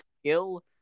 skill